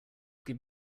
give